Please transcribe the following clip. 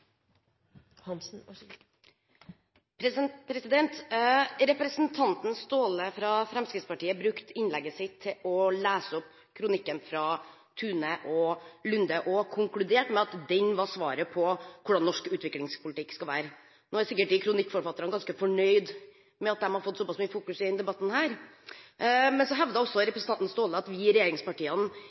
Representanten Staahle fra Fremskrittspartiet brukte innlegget sitt til å lese opp kronikken fra Thune og Lunde og konkluderte med at den var svaret på hvordan norsk utviklingspolitikk skal være. Kronikkforfatterne er sikkert ganske fornøyd med at de har vært såpass mye i fokus i denne debatten. Representanten Staahle hevdet at vi i regjeringspartiene er veldig høye og mørke og ikke har tatt inn over oss mange av de utfordringene som blir tatt opp i